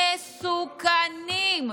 מ-סו-כ-נים,